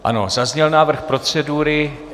Ano, zazněl návrh procedury.